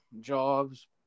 jobs